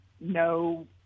no